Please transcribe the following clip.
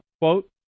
quote